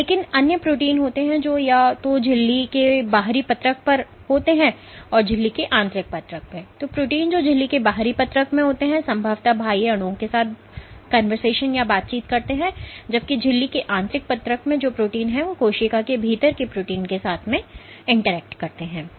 लेकिन अन्य प्रोटीन होते हैं जो या तो झिल्ली के बाहरी पत्रक पर होते हैं या झिल्ली के आंतरिक पत्रक में तो प्रोटीन जो झिल्ली के बाहरी पत्रक में होते हैं संभवतः बाह्य अणुओं के साथ बातचीत करते हैं जबकि झिल्ली के आंतरिक पत्रक में प्रोटीन कोशिका के भीतर प्रोटीन के साथ बातचीत करेंगे